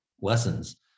lessons